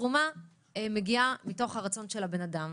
התרומה מגיעה מתוך הראשון של בן האדם,